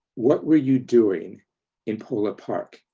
what were you doing in phola park?